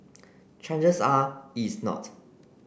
chances are is not